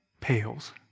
pales